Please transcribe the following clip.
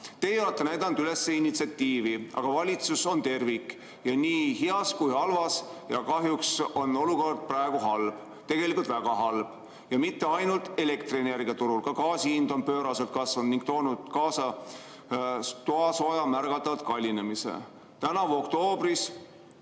Teie olete näidanud üles initsiatiivi, aga valitsus on tervik nii heas kui ka halvas. Kahjuks on olukord praegu halb, tegelikult väga halb, ja mitte ainult elektrienergiaturul. Ka gaasi hind on pööraselt kasvanud ning toonud kaasa toasooja märgatava kallinemise. Tänavu oktoobris